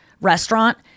restaurant